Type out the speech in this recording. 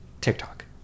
tiktok